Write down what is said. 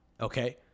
Okay